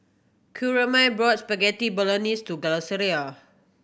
Coraima bought Spaghetti Bolognese for Graciela